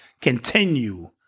Continue